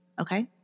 Okay